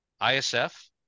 ISF